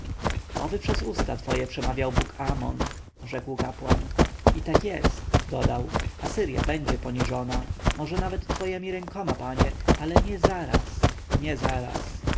oby przez usta twoje przemawiał bóg amon rzekł kapłan i tak jest dodał asyrja będzie poniżona może nawet twojemi rękoma panie ale nie zaraz nie zaraz